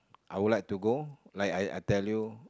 I would like to go like like I tell you